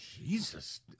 Jesus